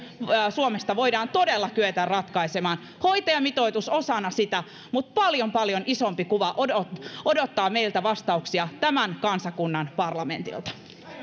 suomesta voidaan todella kyetä ratkaisemaan hoitajamitoitus osana sitä mutta paljon paljon isompi kuva odottaa odottaa meiltä vastauksia tämän kansakunnan parlamentilta